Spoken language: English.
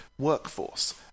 workforce